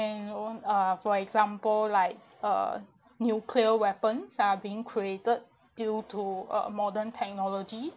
and o~ uh for example like uh nuclear weapons are being created due to uh modern technology